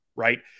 Right